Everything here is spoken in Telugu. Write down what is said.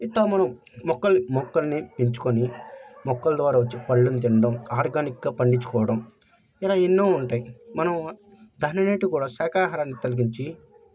ఇట్లా మనం మొక్కల్ని మొక్కల్ని పెంచుకొని మొక్కల ద్వారా వచ్చే పళ్ళని తినడం ఆర్గానిక్గా పండించుకోవడం ఇలా ఎన్నో ఉంటాయి మనం దానిని అనేటివి కూడా శాకాహారాన్ని తగిలించి